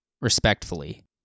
respectfully